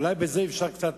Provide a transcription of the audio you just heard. אולי בזה אפשר קצת